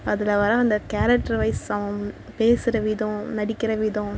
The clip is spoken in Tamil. அதில் வர அந்த கேரெக்டர் வைஸ் அவுங் பேசுகிற விதம் நடிக்கிற விதம்